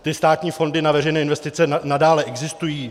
Ty státní fondy na veřejné investice nadále existují.